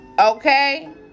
Okay